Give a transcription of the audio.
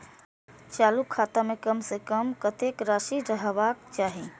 चालु खाता में कम से कम कतेक राशि रहबाक चाही?